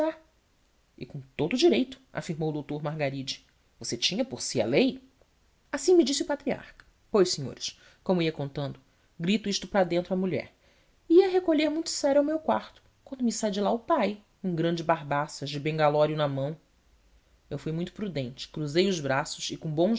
e com todo o direito afirmou o doutor margaride você tinha por si a lei assim me disse o patriarca pois senhores como ia contando grito isto para dentro à mulher e ia recolher muito sério ao meu quarto quando me sai de lá o pai um grande barbaças de bengalório na mão eu fui muito prudente cruzei os braços e com bons